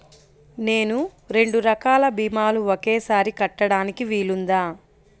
నేను రెండు రకాల భీమాలు ఒకేసారి కట్టడానికి వీలుందా?